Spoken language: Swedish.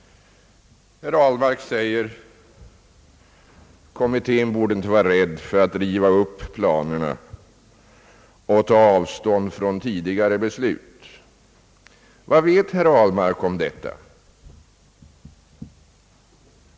Herr Ahlmark säger, att kommittén inte borde vara rädd för att riva upp planerna och ta avstånd från tidigare beslut. Vad vet herr Ahlmark om detta?